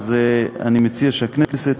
אני מציע שהכנסת